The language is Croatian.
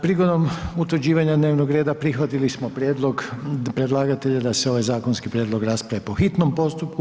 Prigodom utvrđivanja dnevnog reda prihvatili smo prijedlog predlagatelja da se ovaj zakonski prijedlog raspravi po hitnom postupku.